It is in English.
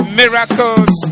miracles